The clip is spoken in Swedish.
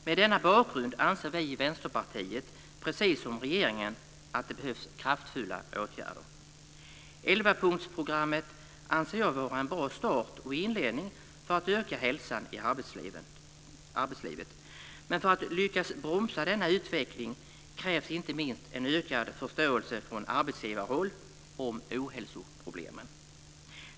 Mot denna bakgrund anser vi i Vänsterpartiet, precis som regeringen, att det behövs kraftfulla åtgärder. Elvapunktsprogrammet anser jag vara en bra start och inledning för att öka hälsan i arbetslivet. Men för att lyckas bromsa denna utveckling krävs inte minst en ökad förståelse från arbetsgivarhåll om ohälsoproblemen.